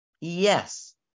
Yes